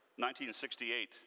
1968